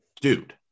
dude